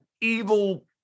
evil